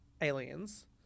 aliens